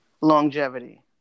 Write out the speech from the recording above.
longevity